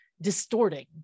distorting